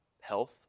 health